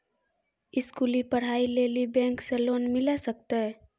स्कूली पढ़ाई लेली बैंक से लोन मिले सकते?